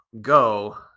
go